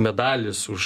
medalis už